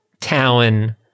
talon